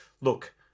look